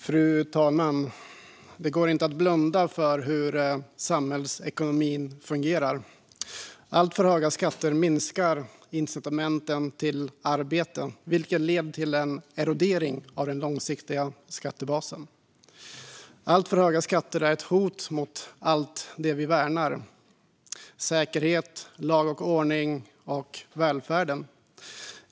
Fru talman! Det går inte att blunda för hur samhällsekonomin fungerar. Alltför höga skatter minskar incitamenten till arbete, vilket leder till en erodering av den långsiktiga skattebasen. Alltför höga skatter är ett hot mot allt det vi värnar: säkerhet, lag och ordning och välfärden.